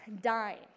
dying